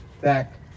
back